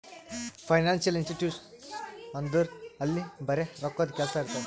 financial institution ಅಂದುರ್ ಅಲ್ಲಿ ಬರೆ ರೋಕ್ಕಾದೆ ಕೆಲ್ಸಾ ಇರ್ತಾವ